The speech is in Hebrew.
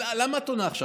אבל למה את עונה עכשיו?